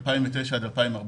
2009 עד 2014,